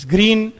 Green